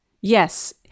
Yes